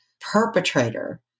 perpetrator